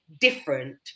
different